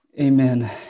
Amen